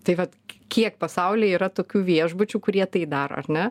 taip vat kiek pasaulyje yra tokių viešbučių kurie tai daro ar ne